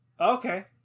Okay